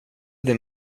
det